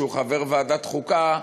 שהוא חבר ועדת חוקה,